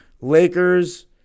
Lakers